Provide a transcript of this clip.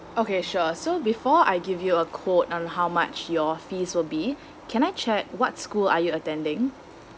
okay sure so before I give you a quote and how much your fees will be can I check what school are you attending